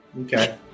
Okay